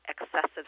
excessive